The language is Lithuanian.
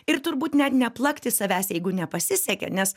ir turbūt net neplakti savęs jeigu nepasisekė nes